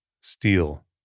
Steel